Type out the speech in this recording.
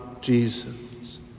Jesus